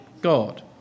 God